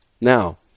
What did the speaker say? Now